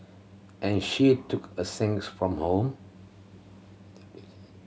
and she took a sandwich from home